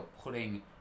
putting